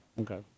Okay